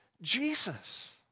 Jesus